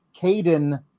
caden